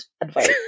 Advice